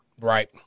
Right